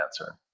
answer